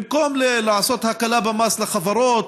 במקום לעשות הקלה במס לחברות,